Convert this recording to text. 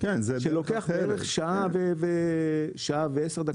שלוקח בערך שעה ו-10 דקות.